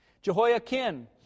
Jehoiakim